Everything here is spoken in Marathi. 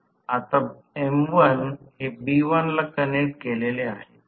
PG 3 I2 2 r2 S ω S आहे